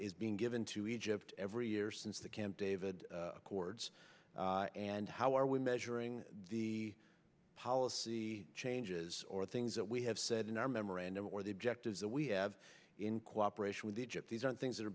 is being given to egypt every year since the camp david accords and how are we measuring the policy changes or things that we have said in our memorandum or the objectives that we have in cooperation with egypt these are things that are